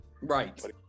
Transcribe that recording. Right